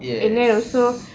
yes